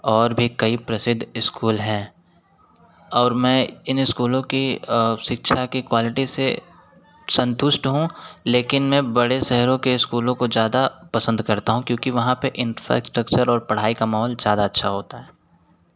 और भी कई प्रसिद्ध ईस्कूल हैं और मैं इन ईस्कूलों की शिक्षा की क्वालिटी से संतुष्ट हों लेकिन मैं बड़े शहरों के ईस्कूलों को ज़्यादा पसंद करता हूँ क्योंकि वहाँ पर इंफ्रास्ट्रक्चर और पढ़ाई का माहौल ज़्यादा अच्छा होता हैं